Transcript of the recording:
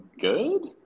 good